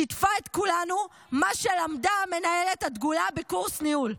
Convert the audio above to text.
שיתפה את כולנו מה שלמדה המנהלת הדגולה בקורס ניהול.